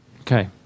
Okay